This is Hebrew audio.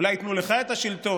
אולי ייתנו לך את השלטון,